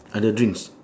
I got drinks